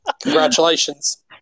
congratulations